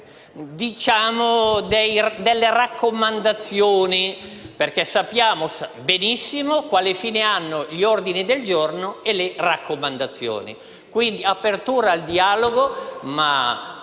in raccomandazioni, perché sappiamo benissimo che fine fanno gli ordini del giorno e le raccomandazioni. C'è quindi apertura al dialogo, ma